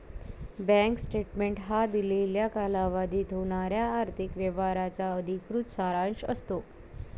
bank statement हा दिलेल्या कालावधीत होणाऱ्या आर्थिक व्यवहारांचा अधिकृत सारांश असतो